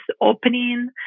opening